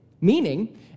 meaning